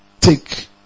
take